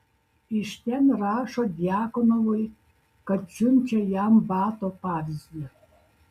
iš ten rašo djakonovui kad siunčia jam bato pavyzdį